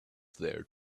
there